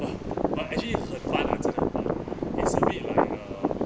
!wah! but actually 很 fun ah 这很 fun it's a bit like uh